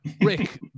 Rick